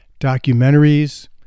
documentaries